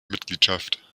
mitgliedschaft